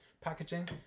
packaging